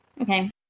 Okay